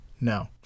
No